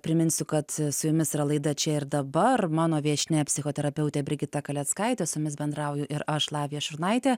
priminsiu kad su jumis yra laida čia ir dabar mano viešnia psichoterapeutė brigita kaleckaitė su jumis bendrauju ir aš lavija šurnaitė